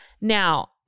Now